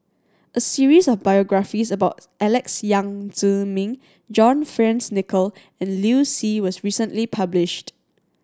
a series of biographies about Alex Yam Ziming John Fearns Nicoll and Liu Si was recently published